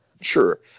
Sure